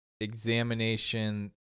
examination